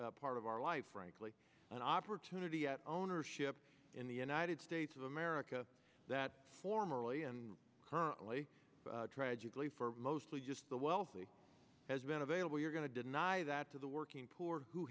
part of our life frankly an opportunity at ownership in the united states of america that formerly and currently tragically for mostly just the wealthy has been available you're going to deny that to the working poor who